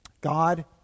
God